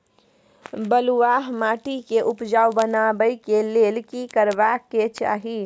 बालुहा माटी के उपजाउ बनाबै के लेल की करबा के चाही?